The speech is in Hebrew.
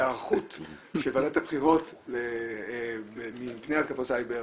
היערכות של ועדת הבחירות מפני התקפות סייבר,